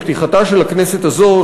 בפתיחתה של הכנסת הזאת,